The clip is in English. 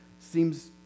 seems